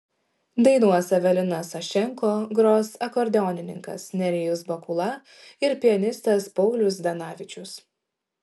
dainuos evelina sašenko gros akordeonininkas nerijus bakula ir pianistas paulius zdanavičius